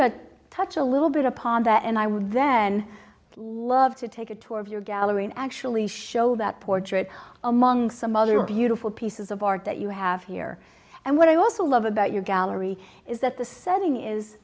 to touch a little bit upon that and i would then love to take a tour of your gallery and actually show that portrait among some other beautiful pieces of art that you have here and what i also love about your gallery is that the setting is